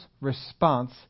response